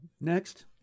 next